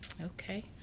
okay